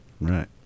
Right